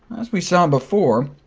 as we saw before,